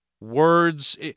words